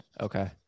Okay